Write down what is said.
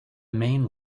main